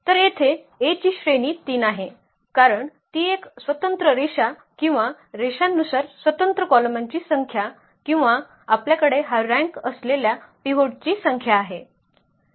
तर येथे A ची श्रेणी 3 आहे कारण ती अनेक स्वतंत्र रेषा किंवा रेषांनुसार स्वतंत्र कॉलमांची संख्या किंवा आपल्याकडे हा रँक असलेल्या पिव्होट ची संख्या आहे